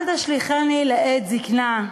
אל תשליכני לעת זיקנה,